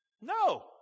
No